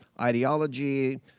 ideology